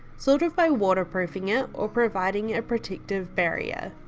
sort of by waterproofing it or providing a protective barrier.